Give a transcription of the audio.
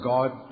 God